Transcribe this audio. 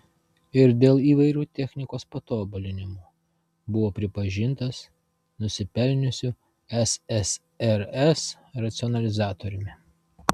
ir dėl įvairių technikos patobulinimų buvo pripažintas nusipelniusiu ssrs racionalizatoriumi